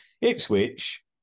Ipswich